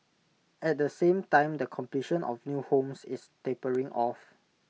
at the same time the completion of new homes is tapering off